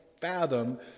fathom